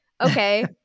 Okay